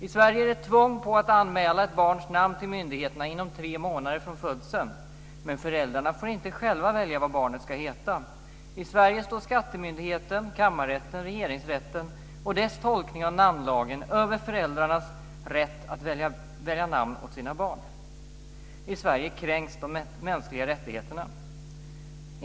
I Sverige är det tvång på att anmäla ett barns namn till myndigheterna inom tre månader från födseln, men föräldrarna får inte själva välja vad barnet ska heta. I Sverige står skattemyndigheten, kammarrätten, regeringsrätten och deras tolkning av namnlagen över föräldrarnas rätt att välja namn åt sina barn. I Sverige kränks de mänskliga rättigheterna.